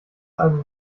also